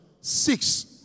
Six